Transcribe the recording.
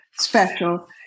special